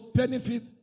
benefit